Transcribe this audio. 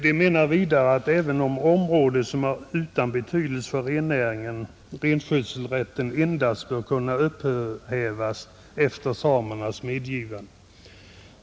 De menar vidare att även i fråga om område som är utan betydelse för rennäringen renskötselrätten endast bör kunna upphävas efter samernas medgivande.